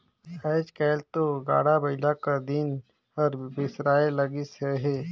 आएज काएल दो गाड़ा बइला कर दिन हर बिसराए लगिस अहे